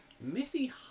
Missy